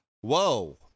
Whoa